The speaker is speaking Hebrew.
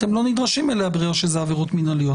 אתם לא נדרשים אליה בגלל שאלה עבירות מינהליות.